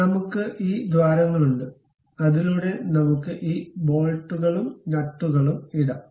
അതിനാൽ നമുക്ക് ഈ ദ്വാരങ്ങളുണ്ട് അതിലൂടെ നമുക്ക് ഈ ബോൾട്ടുകളും നട്ടുകളും ഇടാം